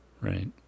Right